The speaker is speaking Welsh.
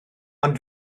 ond